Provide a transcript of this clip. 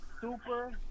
super